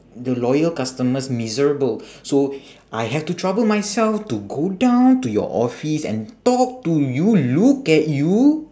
the loyal customers miserable so I have to trouble myself to go down to your office and talk to you look at you